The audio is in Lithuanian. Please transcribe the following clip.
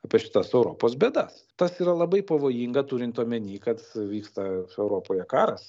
apie šitas europos bėdas tas yra labai pavojinga turint omeny kad vyksta europoje karas